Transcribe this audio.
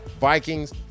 Vikings